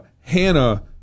Hannah